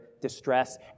distress